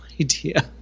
idea